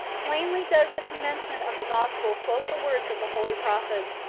plainly does the commencement of the gospel quote the words of the hol prophets,